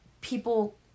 people